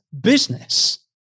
business